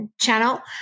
channel